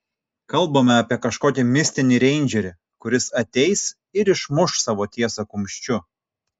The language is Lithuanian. kalbame apie kažkokį mistinį reindžerį kuris ateis ir išmuš savo tiesą kumščiu